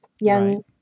young